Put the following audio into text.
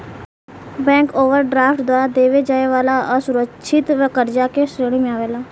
bank overdraft द्वारा देवे जाए वाला असुरकछित कर्जा के श्रेणी मे आवेला